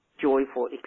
joyful